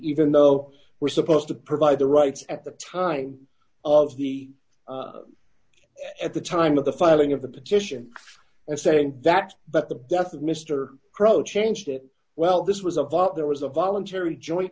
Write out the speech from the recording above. even though we're supposed to provide the rights at the time of d the at the time of the filing of the petition and saying that but the death of mister crowe changed it well this was a lot there was a voluntary joint